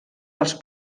dels